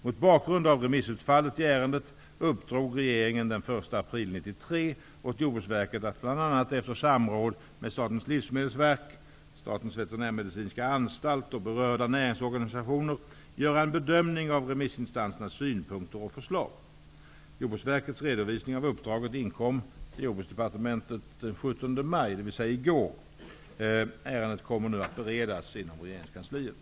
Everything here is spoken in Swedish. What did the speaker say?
Mot bakgrund av remissutfallet i ärendet uppdrog regeringen den 1 april 1993 åt Jordbruksverket att bl.a. efter samråd med Statens livsmedelsverk, Statens veterinärmedicinska anstalt och berörda näringsorganisationer göra en bedömning av remissinstansernas synpunkter och förslag. Jordbruksverkets redovisning av uppdraget inkom till Jordbruksdepartementet den 17 maj 1993, dvs. i går. Ärendet kommer nu att beredas inom regeringskansliet.